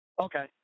Okay